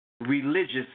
religious